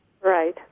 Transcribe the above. Right